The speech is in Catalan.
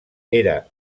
era